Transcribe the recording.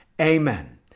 Amen